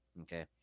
Okay